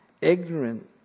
ignorant